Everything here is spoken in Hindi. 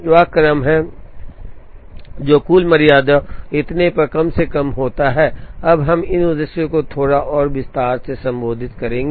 वह क्रम जो कुल मर्यादा और इतने पर कम से कम होता है अब हम इन उद्देश्यों को थोड़ा और विस्तार से संबोधित करेंगे